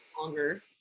longer